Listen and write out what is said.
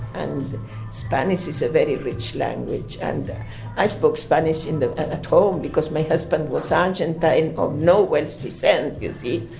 and spanish is a very rich language, and i spoke spanish and at home because my husband was argentine of no welsh descent, you see.